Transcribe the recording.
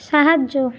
সাহায্য